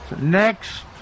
next